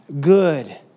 good